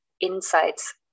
insights